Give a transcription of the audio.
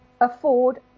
afford